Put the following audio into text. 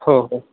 हो हो